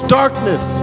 darkness